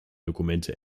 dokumente